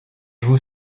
vos